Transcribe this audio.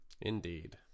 Indeed